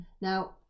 Now